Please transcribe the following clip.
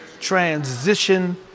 transition